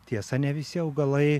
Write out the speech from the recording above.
tiesa ne visi augalai